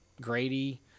Grady